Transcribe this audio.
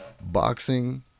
boxing